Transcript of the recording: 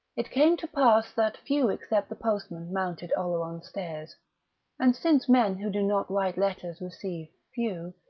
it came to pass that few except the postman mounted oleron's stairs and since men who do not write letters receive few,